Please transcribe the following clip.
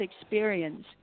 experience